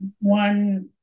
one